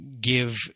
give